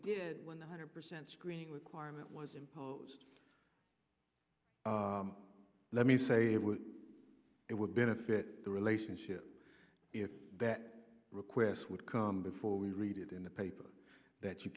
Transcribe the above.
did when the hundred percent screening requirement was imposed let me say it would benefit the relationship if that request would come before we read it in the paper that you